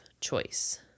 choice